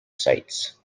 sites